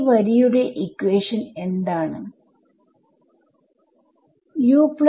ഈ വരിയുടെ ഇക്വേഷൻ എന്താണ്uv1